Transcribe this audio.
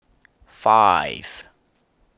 five